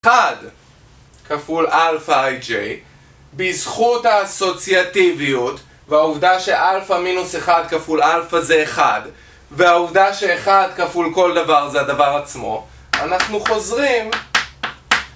1 כפול Alpha ij, בזכות האסוציאטיביות והעובדה שAlpha מינוס 1 כפול Alpha זה 1 והעובדה ש1 כפול כל דבר זה הדבר עצמו, אנחנו חוזרים